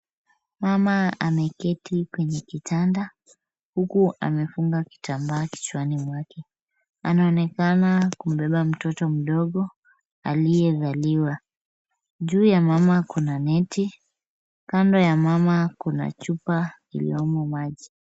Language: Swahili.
Mama ameketi kwenye kitanda, huku amefunga kitambaa kichwani mwake. Anaonekana kumbeba mtoto mdogo aliyezaliwa. Juu ya mama kuna neti, kando ya mama kuna chupa iliyomo maji.